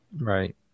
Right